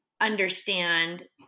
understand